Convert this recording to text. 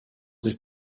sich